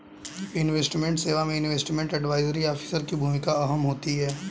investment सेवा में investment advisory officer की भूमिका अहम होती है